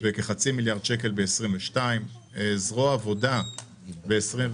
וכחצי מיליארד שקל ב-2022; זרוע העבודה ב-2021